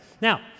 Now